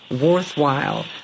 worthwhile